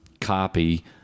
copy